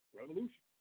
revolution